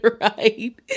Right